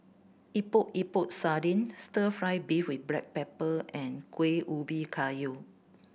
Epok Epok Sardin Stir Fry beef with black pepper and Kuih Ubi Kayu